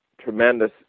Tremendous